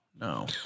No